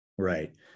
Right